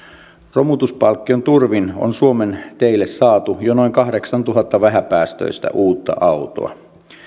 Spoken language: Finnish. romutuspalkkion turvin on suomen teille saatu jo noin kahdeksantuhatta vähäpäästöistä uutta autoa